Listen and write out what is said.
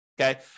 okay